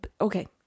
Okay